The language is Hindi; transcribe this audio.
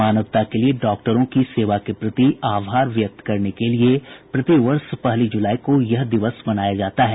मानवता के लिए डॉक्टरों की सेवा के प्रति आभार व्यक्त करने के लिए प्रति वर्ष पहली ज़लाई को यह दिवस मनाया जाता है